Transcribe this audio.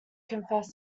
confess